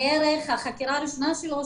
החקירה הראשונה שלו,